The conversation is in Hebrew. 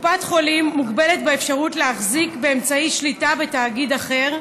קופת חולים מוגבלת באפשרות להחזיק באמצעי שליטה בתאגיד אחר,